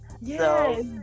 Yes